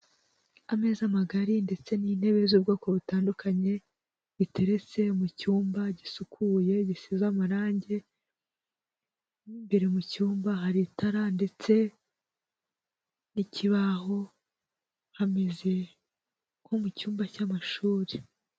Ameza magari ndetse n'intebe z'ubwoko butandukanye, biteretse mu cyumba gisukuye, gisize amarangi. Imbere mu cyumba, hari itara ndetse n'ikibaho, hameze nko mu cyumba cy'amashuri.